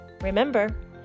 remember